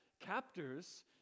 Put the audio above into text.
Captors